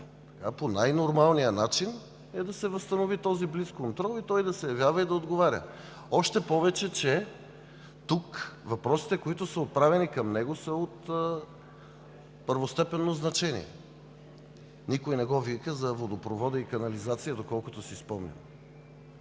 най-нормалният начин е да се възстанови този блицконтрол и той да се явява и да отговаря. Още повече, че тук въпросите, които са отправени към него, са от първостепенно значение. Никой не го вика за водопровода и канализацията, доколкото си спомням.